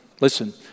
Listen